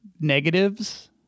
negatives